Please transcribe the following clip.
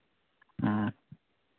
ᱦᱮᱸ